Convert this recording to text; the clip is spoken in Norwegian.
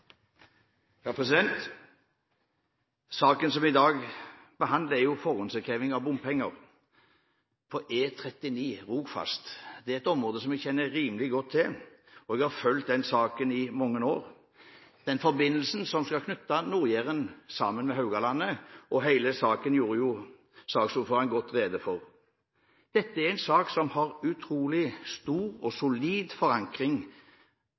Saken som vi i dag behandler, gjelder forhåndsinnkreving av bompenger på E39 Rogfast. Det er et område jeg kjenner rimelig godt, og jeg har fulgt den saken i mange år. Forbindelsen skal knytte Nord-Jæren sammen med Haugalandet, og saksordføreren gjorde godt rede for hele saken. Dette er en sak som har utrolig stor og solid forankring,